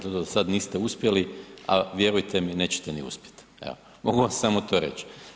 To do sada niste uspjeli, a vjerujte mi nećete ni uspjet, evo mogu vam samo to reći.